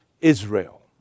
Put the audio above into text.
Israel